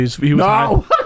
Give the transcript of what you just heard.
No